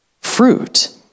fruit